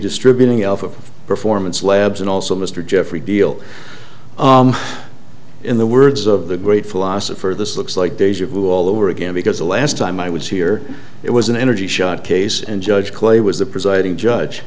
distributing alpha performance labs and also mr geoffrey deal in the words of the great philosopher this looks like deja vu all over again because the last time i was here it was an energy shot case and judge clay was the presiding judge